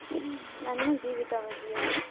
ಹ್ಞೂ ನನ್ನ ಜೀವಿತಾವಧಿಯಲ್ಲಿ